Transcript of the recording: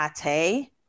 pate